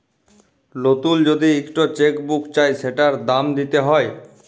লতুল যদি ইকট চ্যাক বুক চায় সেটার দাম দ্যিতে হ্যয়